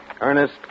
Ernest